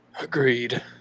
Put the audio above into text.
agreed